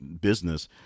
business